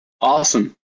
Awesome